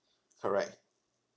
correct